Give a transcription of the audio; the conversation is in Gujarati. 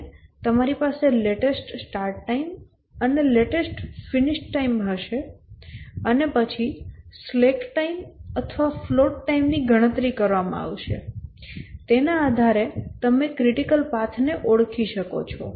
અને તમારી પાસે લેટેસ્ટ સ્ટાર્ટ ટાઈમ અને લેટેસ્ટ ફિનિશ ટાઈમ હશે અને પછી સ્લેક ટાઇમ અથવા ફ્લોટ ટાઇમ ની ગણતરી કરવામાં આવશે અને તેના આધારે તમે ક્રિટિકલ પાથ ને ઓળખી શકો છો